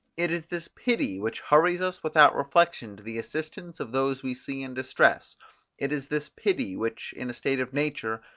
it is this pity which hurries us without reflection to the assistance of those we see in distress it is this pity which, in a state of nature,